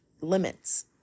limits